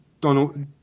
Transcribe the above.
donald